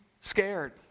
scared